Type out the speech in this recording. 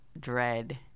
Dread